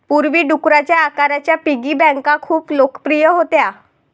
पूर्वी, डुकराच्या आकाराच्या पिगी बँका खूप लोकप्रिय होत्या